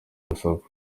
urusaku